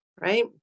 right